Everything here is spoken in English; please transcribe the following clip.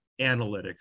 analytics